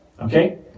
Okay